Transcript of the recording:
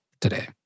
today